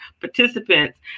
participants